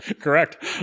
correct